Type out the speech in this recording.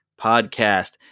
podcast